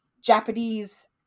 japanese